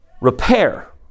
Repair